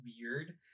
weird